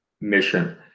mission